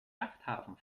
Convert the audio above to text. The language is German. yachthafen